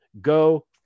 go